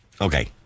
Okay